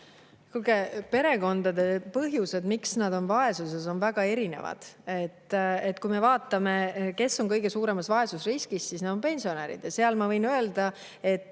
Kuulge, perekondade põhjused, miks nad on vaesuses, on väga erinevad. Vaatame, kes on kõige suuremas vaesusriskis: need on pensionärid. Ma võin öelda, et